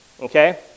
okay